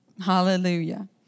hallelujah